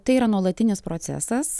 tai yra nuolatinis procesas